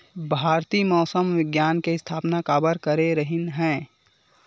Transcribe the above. भारती मौसम विज्ञान के स्थापना काबर करे रहीन है?